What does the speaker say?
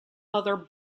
other